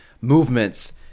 movements